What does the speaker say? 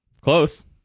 close